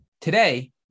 Today